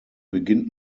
beginnt